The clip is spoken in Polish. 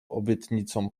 obietnicą